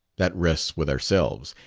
that rests with ourselves.